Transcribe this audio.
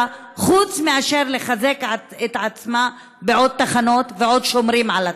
חוץ מאשר לחזק את עצמה בעוד תחנות ועוד שומרים על התחנות.